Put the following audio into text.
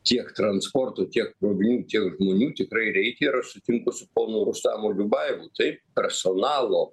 tiek transporto tiek krovinių tiek žmonių tikrai reikia ir aš sutinku su ponu rustamu liubajevu taip personalo